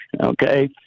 Okay